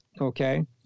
Okay